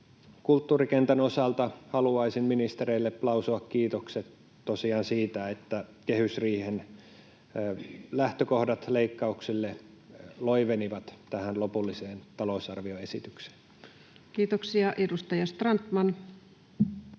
Kulttuurikentän osalta haluaisin ministereille lausua kiitokset tosiaan siitä, että kehysriihen lähtökohdat leikkauksille loivenivat tähän lopulliseen talousarvioesitykseen. Kiitoksia. — Edustaja Strandman.